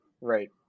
right